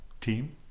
team